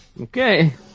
Okay